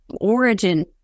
origin